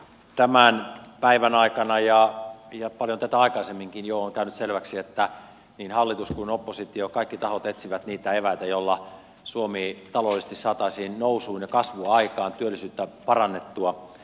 tämän päivän aikana ja jo paljon tätä aikaisemminkin on käynyt selväksi että niin hallitus kuin oppositio kaikki tahot etsivät niitä eväitä joilla suomi taloudellisesti saataisiin nousuun ja kasvua aikaan työllisyyttä parannettua